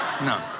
No